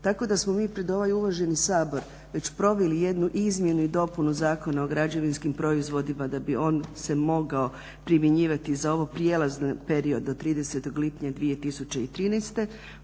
Tako da smo mi pred ovaj uvaženi Sabor već proveli jednu izmjenu i dopunu zakona o građevinskim proizvodima da bi se on mogao primjenjivati za ovo prijelazni period do 30.lipnja 2013.